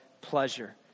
pleasure